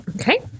Okay